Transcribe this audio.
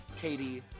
katie